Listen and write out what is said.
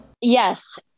Yes